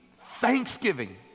thanksgiving